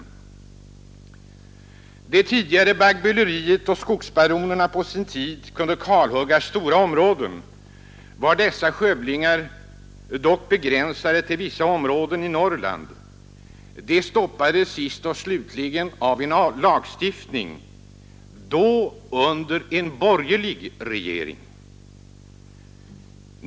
Under baggböleriet på sin tid, då ”skogsbaronerna” kunde kalhugga stora områden, var dessa skövlingar dock begränsade till vissa områden i Norrland. De stoppades sist och slutligen genom lagstiftning — då under en borgerlig regering.